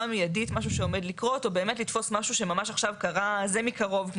מיידית משהו שעומד לקרות או באמת לתפוס משהו שממש עכשיו קרה זה מקרוב,